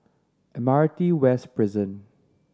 Admiralty West Prison